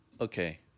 Okay